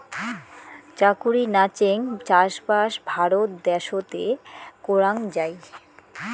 চাকুরি নাচেঙ চাষবাস ভারত দ্যাশোতে করাং যাই